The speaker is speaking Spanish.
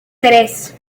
tres